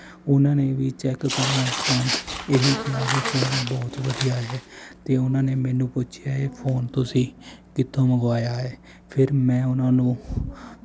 ਉਨਾਂ ਨੇ ਵੀ ਚੈੱਕ ਕਰਨ ਉਪਰੰਤ ਇਹੀ ਕਿਹਾ ਵੀ ਫੋਨ ਬਹੁਤ ਵਧੀਆ ਹੈ ਅਤੇ ਉਹਨਾਂ ਨੇ ਮੈਨੂੰ ਪੁੱਛਿਆ ਇਹ ਫੋਨ ਤੁਸੀਂ ਕਿੱਥੋਂ ਮੰਗਵਾਇਆ ਹੈ ਫਿਰ ਮੈਂ ਉਹਨਾਂ ਨੂੰ